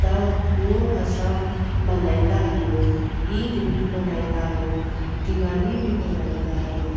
त उहो असां मल्हाईंदा आहियूं ईद बि मल्हाईंदा आहियूं दिवाली बि मल्हाईंदा आहियूं